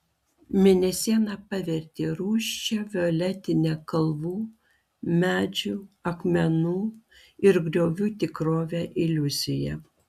mėnesiena pavertė rūsčią violetinę kalvų medžių akmenų ir griovų tikrovę iliuzija